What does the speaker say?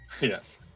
Yes